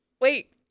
Wait